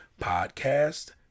podcast